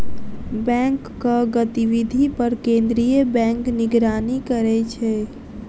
बैंकक गतिविधि पर केंद्रीय बैंक निगरानी करै छै